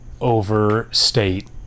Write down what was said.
overstate